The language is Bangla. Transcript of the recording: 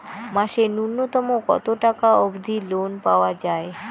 মাসে নূন্যতম কতো টাকা অব্দি লোন পাওয়া যায়?